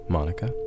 Monica